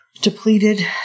depleted